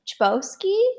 Chbosky